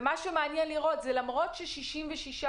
מה שמעניין לראות זה שלמרות ש-66%